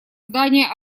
здание